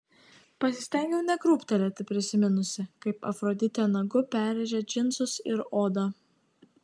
pasistengiau nekrūptelėti prisiminusi kaip afroditė nagu perrėžė džinsus ir odą